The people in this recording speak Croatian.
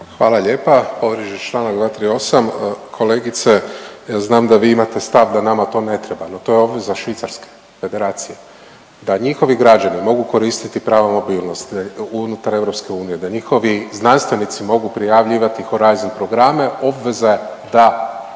Hvala lijepa. Povrijeđen je čl. 238, kolegice, ja znam da vi imate stav da nama to ne treba, no to je obveza švicarske federacije, da njihovi građani mogu koristiti prava mobilnosti, unutar EU, da njihovi znanstvenici mogu prijavljivati Horizon programe, obveza da